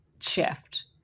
shift